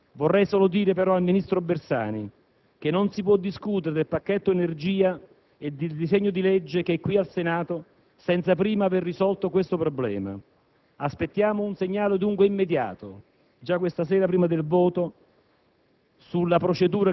presenti - se l'Esecutivo ci dicesse come intende correggere l'errore. Vorrei solo rispondere al ministro Bersani che non si può discutere del pacchetto energia e del disegno di legge presentato in Senato senza prima aver risolto questo problema.